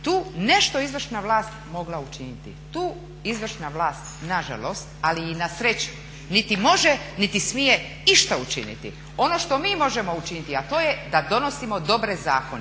tu nešto izvršna vlast mogla učiniti. Tu izvršna vlast na žalost, ali i na sreću niti može, niti smije išta učiniti. Ono što mi možemo učiniti, a to je da donosimo dobre zakone.